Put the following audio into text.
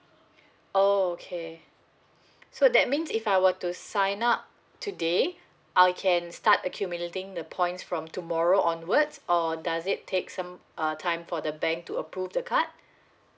oh okay so that means if I were to sign up today I can start accumulating the points from tomorrow onwards or does it takes some um time for the bank to approve the card